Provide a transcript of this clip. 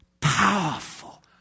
Powerful